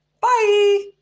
Bye